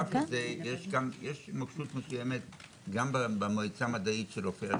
אני אחראית גם על אגף להערכת תארים מחו"ל.